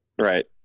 right